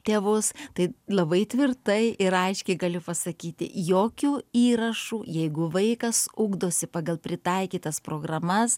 tėvus tai labai tvirtai ir aiškiai galiu pasakyti jokių įrašų jeigu vaikas ugdosi pagal pritaikytas programas